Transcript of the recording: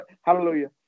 Hallelujah